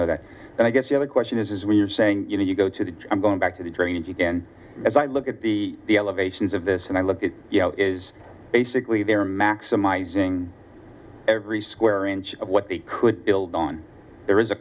know that and i guess the other question is is we're saying you know you go to the gym going back to the drains again as i look at the elevations of this and i look at you know is basically there maximizing every square inch of what they could build on there is a